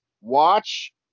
watch